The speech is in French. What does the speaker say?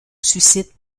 suscite